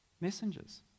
messengers